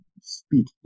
speed